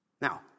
Now